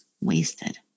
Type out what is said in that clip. wasted